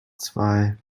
zwei